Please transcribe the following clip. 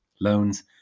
loans